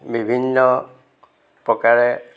বিভিন্ন প্ৰকাৰে